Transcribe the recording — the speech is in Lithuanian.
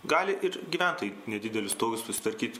gali ir gyventojai nedidelius stogus susitvarkyt